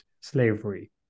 slavery